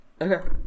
Okay